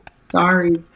Sorry